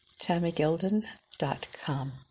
TammyGilden.com